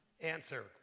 Answer